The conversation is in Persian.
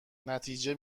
نتیجه